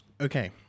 Okay